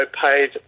paid